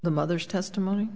the mother's testimony